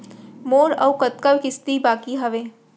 मोर अऊ कतका किसती बाकी हवय?